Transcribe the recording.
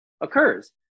occurs